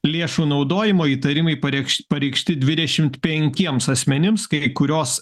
lėšų naudojimo įtarimai pareikšti pareikšti dvidešimt penkiems asmenims kai kurios